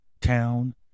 Town